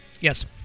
Yes